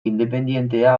independentea